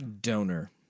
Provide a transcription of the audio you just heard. Donor